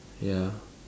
ya